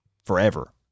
Forever